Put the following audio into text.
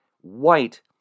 white